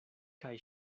kaj